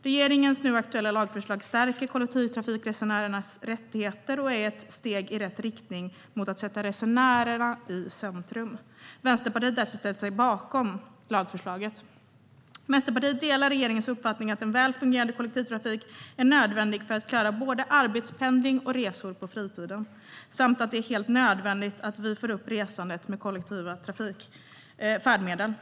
Regeringens nu aktuella lagförslag stärker kollektivtrafikresenärernas rättigheter och är ett steg i rätt riktning mot att sätta resenärerna i centrum. Vänsterpartiet har därför valt att ställa sig bakom lagförslaget. Vänsterpartiet delar regeringens uppfattning att en väl fungerande kollektivtrafik är nödvändig för att klara både arbetspendling och resor på fritiden samt att det är helt nödvändigt att vi får upp resandet med kollektiva färdmedel.